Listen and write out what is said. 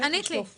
ענית לי.